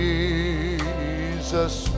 Jesus